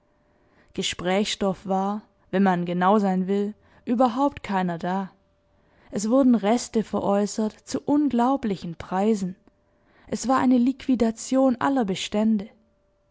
gesprächsstoff war wenn man genau sein will überhaupt keiner da es wurden reste veräußert zu unglaublichen preisen es war eine liquidation aller bestände